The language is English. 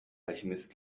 alchemist